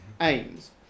aims